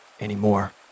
anymore